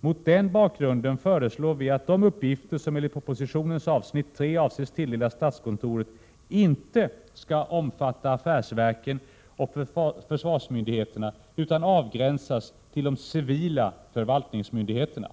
Mot den bakgrunden föreslår vi att de uppgifter som enligt propositionens avsnitt 3 avses tilldelas statskontoret inte skall omfatta affärsverken och försvarsmyndigheterna, utan avgränsas till de civila förvaltningsmyndigheterna.